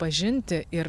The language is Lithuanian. pažinti ir